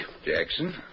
Jackson